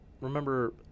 remember